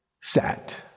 sat